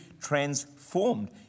transformed